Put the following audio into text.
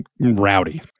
rowdy